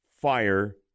fire